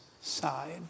side